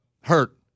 Hurt